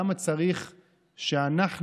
למה צריך שאנחנו,